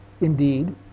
Indeed